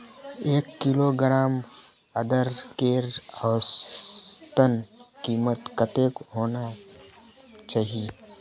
एक किलोग्राम अदरकेर औसतन कीमत कतेक होना चही?